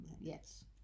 Yes